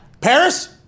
Paris